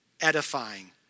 edifying